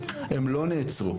הם לא נעצרו.